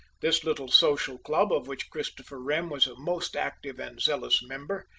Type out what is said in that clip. this little social club, of which christopher wren was a most active and zealous member,